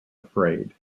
afraid